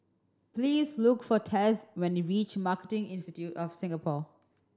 please look for Tess when you reach Marketing Institute of Singapore